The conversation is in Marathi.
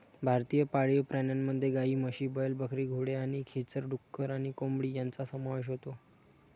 भारतीय पाळीव प्राण्यांमध्ये गायी, म्हशी, बैल, बकरी, घोडे आणि खेचर, डुक्कर आणि कोंबडी यांचा समावेश होतो